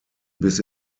bis